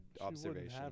observation